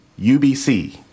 UBC